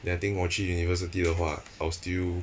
then I think 我去 university 的话 I will still